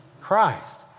Christ